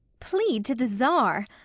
plead to the czar!